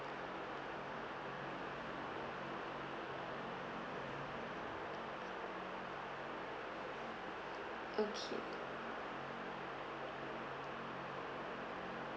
okay